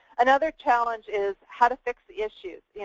another challenge is how to fix the issue? yeah